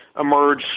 emerge